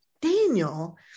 Daniel